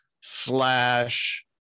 slash